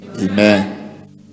Amen